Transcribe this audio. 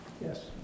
Yes